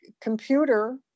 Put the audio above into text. computer